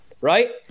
right